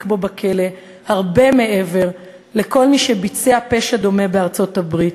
בו בכלא הרבה מעבר לכל מי שביצע פשע דומה בארצות-הברית,